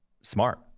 smart